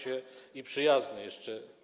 i przyjazne jeszcze.